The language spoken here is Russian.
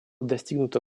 достигнуто